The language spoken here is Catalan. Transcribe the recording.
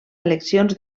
eleccions